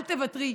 אל תוותרי.